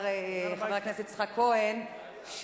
חבר הכנסת יצחק כהן,